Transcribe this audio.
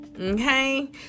Okay